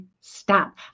stop